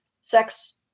sex